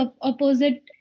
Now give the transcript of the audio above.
opposite